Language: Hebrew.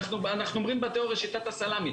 אנחנו אומרים בתיאוריה שיטת הסלמי.